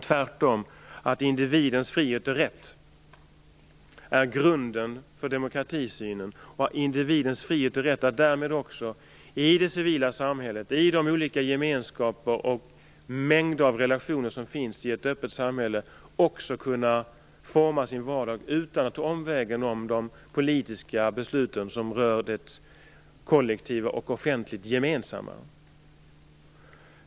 Tvärtom är individens frihet och rätt grunden för demokratisynen, individens frihet och rätt att därmed i det civila samhället, i de olika gemenskaperna och mängder av relationer som finns i ett öppet samhälle forma sin vardag utan att ta omvägen om de politiska beslut som rör det kollektiva och offentligt gemensamma.